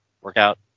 workout